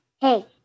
Hey